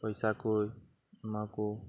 ᱯᱚᱭᱥᱟᱠᱚ ᱮᱢᱟᱠᱚ